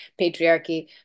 patriarchy